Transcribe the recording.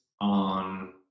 on